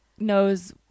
knows